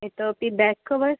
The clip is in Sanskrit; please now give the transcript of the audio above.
इतोऽपि बेक् कवर्